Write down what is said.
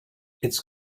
its